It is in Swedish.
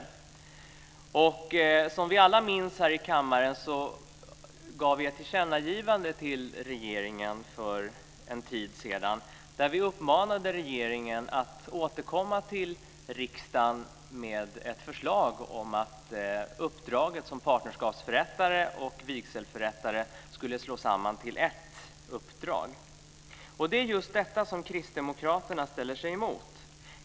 Som vi alla här i kammaren minns gjorde vi för en tid sedan ett tillkännagivande till regeringen där vi uppmanade regeringen att återkomma till riksdagen med ett förslag om att uppdraget som partnerskapsförrättare och uppdraget som vigselförrättare slås samman till ett uppdrag. Det är just detta som Kristdemokraterna är emot.